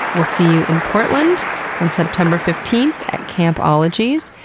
we'll see you in portland on september fifteenth at camp ologies.